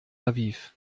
aviv